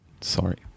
sorry